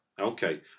Okay